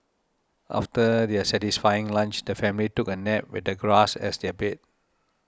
after their satisfying lunch the family took a nap with the grass as their bed